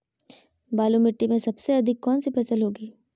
बालू मिट्टी में सबसे अधिक कौन सी फसल होगी?